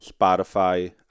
spotify